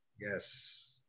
Yes